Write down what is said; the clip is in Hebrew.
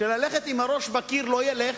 ללכת עם הראש בקיר לא ילך,